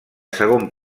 segon